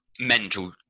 mental